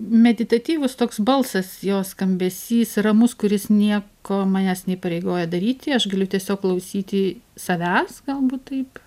meditatyvus toks balsas jo skambesys ramus kuris nieko manęs neįpareigoja daryti aš galiu tiesiog klausyti savęs galbūt taip